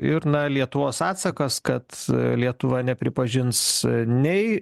ir na lietuvos atsakas kad lietuva nepripažins nei